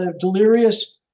delirious